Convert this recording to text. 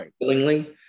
willingly